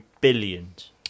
Billions